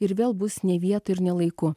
ir vėl bus ne vietoj ir ne laiku